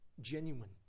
genuine